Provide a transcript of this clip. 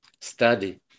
study